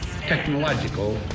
technological